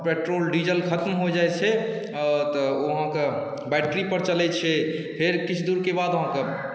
petrol diesel खत्म हो जाइ छै तऽ ओ अहाँके बैट्रीपर चलै छै फेर किछु दूरके बाद अहाँके